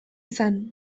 izan